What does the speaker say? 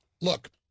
Look